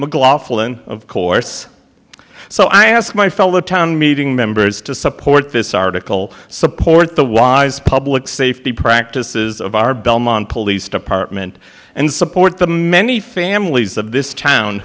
mclaughlin of course so i ask my fellow town meeting members to support this article support the wise public safety practices of our belmont police department and support the many families of this town